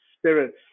spirits